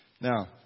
Now